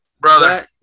Brother